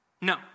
No